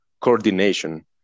coordination